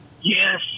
Yes